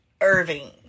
Irving